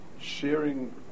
sharing